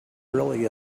really